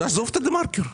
תעזוב את הדה-מרקר.